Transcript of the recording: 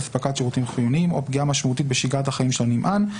אספקת שירותים חיוניים או פגיעה משמעותית בשגרת החיים של הנמען,'.